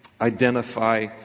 identify